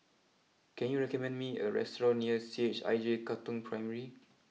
can you recommend me a restaurant near C H I J Katong Primary